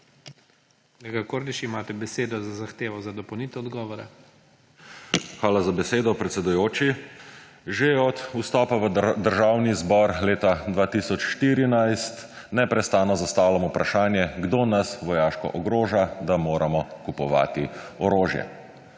Hvala za besedo, predsedujoči. Že od vstopa v državni zbor leta 2014 neprestano zastavljam vprašanje, kdo nas vojaško ogroža, da moramo kupovati orožje,